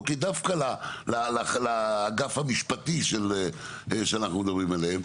דווקא לאגף המשפטי שאנחנו מדברים עליו,